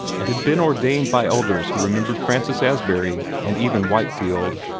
and had been ordained by elders who remembered francis asbury and even whitefield.